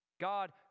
God